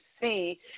see